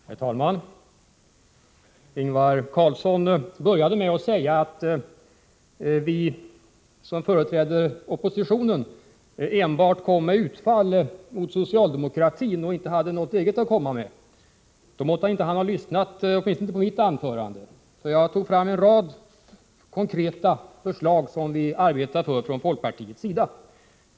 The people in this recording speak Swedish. Herr talman! Ingvar Carlsson började med att säga att vi som företräder oppositionen enbart gjorde utfall mot socialdemokratin och inte hade något eget att komma med. Då måtte han inte ha lyssnat, åtminstone inte på mitt anförande. Jag tog fram en rad konkreta förslag som vi från folkpartiets sida arbetar för.